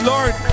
Lord